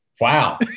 Wow